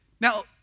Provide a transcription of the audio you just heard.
Now